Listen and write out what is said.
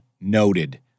Noted